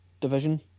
division